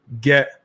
get